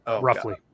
roughly